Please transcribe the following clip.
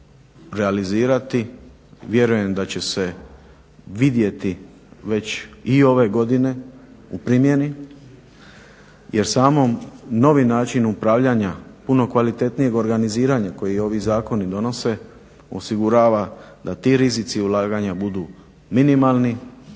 realizirati, vjerujem da će se vidjeti već i ove godine u primjeni jer samo novi način upravljanja puno kvalitetnijeg organizirana koje ovi zakoni donose osigurava da ti rizici ulaganja budu minimalni